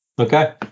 Okay